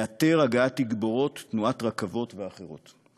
לאתר הגעת תגבורות, תנועת רכבות, ואחרות.